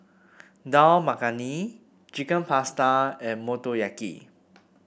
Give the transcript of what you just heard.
Dal Makhani Chicken Pasta and Motoyaki